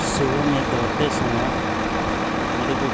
सुबह में दौड़ते समय मेरे को